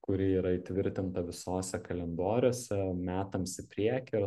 kuri yra įtvirtinta visose kalendoriuose metams į priekį